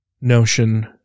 notion